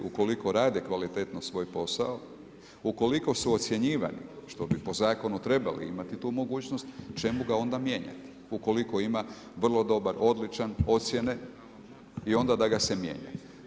Ukoliko rade kvalitetno svoj posao, ukoliko su ocjenjivani što bi po zakonu trebali imati tu mogućnost čemu ga onda mijenjati ukoliko ima vrlo dobar, odličan ocjene i onda da ga se mijenja.